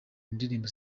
ndirimbo